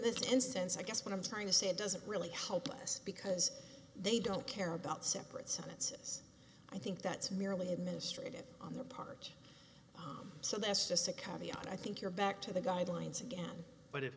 this instance i guess what i'm trying to say it doesn't really help us because they don't care about separate sentences i think that's merely administrative on their part so that's just a copy of i think you're back to the guidelines again but